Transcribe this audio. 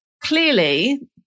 clearly